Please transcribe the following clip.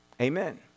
Amen